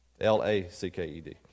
l-a-c-k-e-d